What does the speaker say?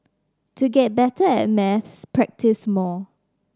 to get better at maths practise more